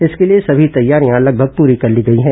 इसके लिए सभी तैयारियां लगभग पूरी कर ली गई हैं